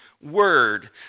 word